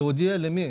להודיע למי?